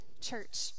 church